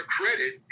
credit